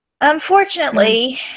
unfortunately